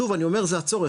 שוב אני אומר זה הצורך,